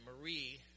Marie